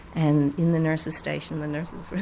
and in the nurses station the nurses were